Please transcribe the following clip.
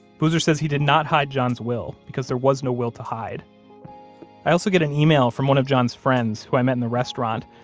boozer says he did not hide john's will, because there was no will to hide i also get an email from one of john's friends who i met in the restaurant.